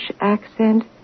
accent